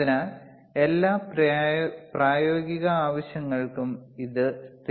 അതിനാൽ എല്ലാ പ്രായോഗിക ആവശ്യങ്ങൾക്കും ഇത് സ്ഥിരമായി കണക്കാക്കപ്പെടുന്നു